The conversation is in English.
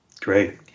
Great